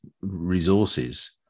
resources